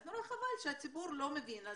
אז נורא חבל שהציבור לא מבין.